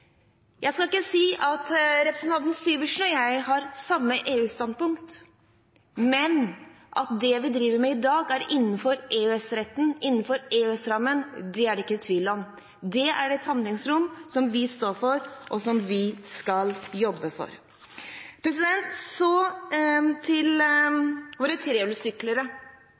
Jeg skal ikke si at representanten Syversen og jeg har samme EU-standpunkt, men at det vi driver med i dag, er innenfor EØS-retten, innenfor EØS-rammen, det er det ikke tvil om. Det er et handlingsrom som vi står for, og som vi skal jobbe for. Så til våre